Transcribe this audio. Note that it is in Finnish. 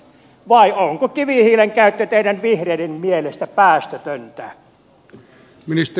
vai onko kivihiilen käyttö teidän vihreiden mielestä päästötöntä